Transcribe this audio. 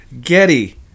Getty